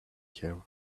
have